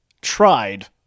tried